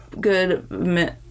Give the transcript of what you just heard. good